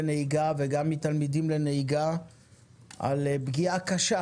לנהיגה וגם מתלמידים לנהיגה על פגיעה קשה